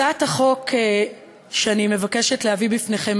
הצעת החוק שאני מבקשת להביא בפניכם